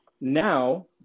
Now